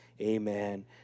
Amen